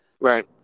Right